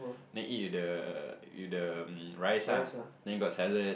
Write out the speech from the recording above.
then eat with the with the um rice ah then got salad